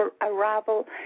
arrival